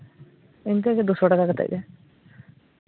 ᱤᱱᱠᱟᱹ ᱜᱮ ᱫᱩ ᱥᱚ ᱴᱟᱠᱟ ᱠᱟᱛᱮᱫ ᱜᱮ